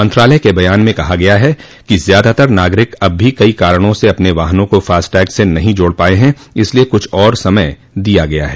मंत्रालय के बयान में कहा गया है कि ज्यादातर नागरिक अब भी कई कारणों से अपने वाहनों को फास्टैग से नहीं जोड़ पाये हैं इसलिए कुछ और समय दिया गया है